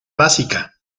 básica